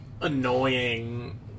annoying